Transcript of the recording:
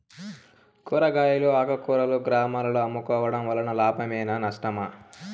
కూరగాయలు ఆకుకూరలు గ్రామాలలో అమ్ముకోవడం వలన లాభమేనా నష్టమా?